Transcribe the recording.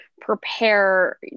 prepare